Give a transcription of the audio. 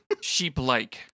sheep-like